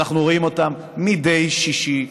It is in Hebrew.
שאנחנו רואים אותן מדי שישי,